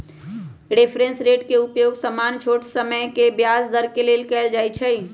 reference rate के उपयोग सामान्य छोट समय के ब्याज दर के लेल कएल जाइ छइ